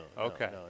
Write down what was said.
Okay